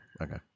okay